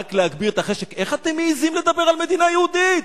רק להגביר את החשק: איך אתם מעזים לדבר על מדינה יהודית?